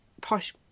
posh